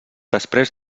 després